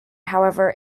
however